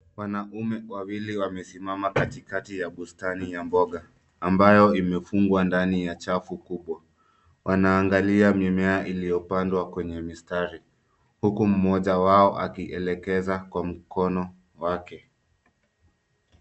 Wanaume wawili wamesimama katikati ya bustani ya mboga, ambayo imefungwa ndani ya chafu kubwa. Wanaangalia mimea iliyopandwa kwenye mistari, huku mmoja wao akielekeza kwa mkono wake.